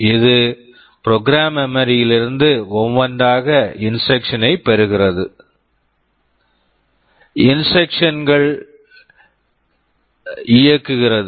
இது program memory program memory யிலிருந்து ஒவ்வொன்றாக இன்ஸ்ட்ரக்க்ஷன்ஸ் instructions ஐ பெறுகிறது இன்ஸ்ட்ரக்க்ஷன்ஸ் instructions ஐ இயக்குகிறது